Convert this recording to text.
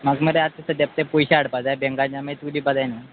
म्हाका मरे आतां ते सद्द्या ते पयशे हाडपा जाय बँकान मागीर तुका दिवपा जाय न्हू